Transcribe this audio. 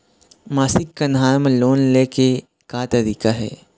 मासिक कन्हार म लोन ले के का तरीका हे?